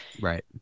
Right